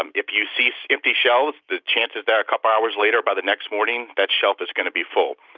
um if you see empty shelves, the chances are that a couple hours later, by the next morning, that shelf is going to be full.